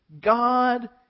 God